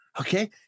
Okay